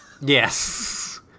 Yes